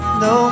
no